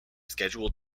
scheduled